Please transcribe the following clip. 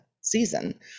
season